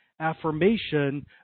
affirmation